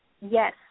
Yes